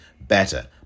better